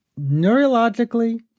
Neurologically